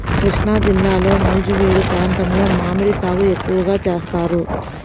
కృష్ణాజిల్లాలో నూజివీడు ప్రాంతంలో మామిడి సాగు ఎక్కువగా చేస్తారు